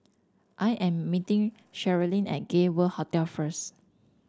I am meeting Sherilyn at Gay World Hotel first